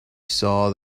saw